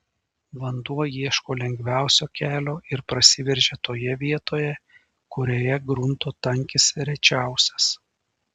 vanduo ieško lengviausio kelio ir prasiveržia toje vietoje kurioje grunto tankis rečiausias